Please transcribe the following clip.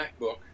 MacBook